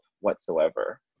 whatsoever